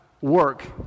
work